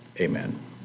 Amen